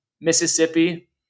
Mississippi